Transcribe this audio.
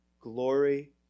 glory